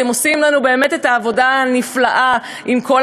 אתם עושים לנו באמת את העבודה הנפלאה עם כל